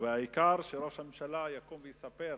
והעיקר שראש הממשלה יקום ויספר: